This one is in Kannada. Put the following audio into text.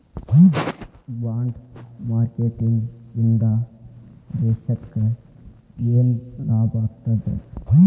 ಬಾಂಡ್ ಮಾರ್ಕೆಟಿಂಗ್ ಇಂದಾ ದೇಶಕ್ಕ ಯೆನ್ ಲಾಭಾಗ್ತದ?